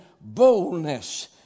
boldness